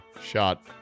shot